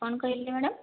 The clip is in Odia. କ'ଣ କହିଲେ ମ୍ୟାଡ଼ାମ